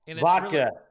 vodka